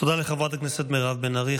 תודה לחברת הכנסת מירב בן ארי.